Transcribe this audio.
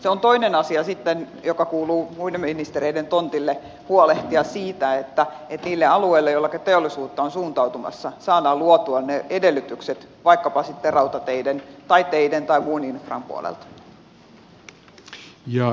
se on sitten toinen asia joka kuuluu muiden ministereiden tontille huolehtia siitä että niille alueille joilleka teollisuutta on suuntautumassa saadaan luotua ne edellytykset vaikkapa sitten rautateiden tai teiden tai muun infran puolelta